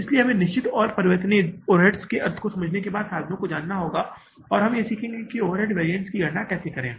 इसलिए हमें निश्चित और परिवर्तनीय ओवरहेड्स के अर्थ को समझने के बाद साधनों को जानना होगा हम सीखेंगे कि ओवरहेड वेरिएंट की गणना कैसे करें